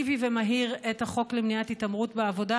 אפקטיבי ומהיר את החוק למניעת התעמרות בעבודה,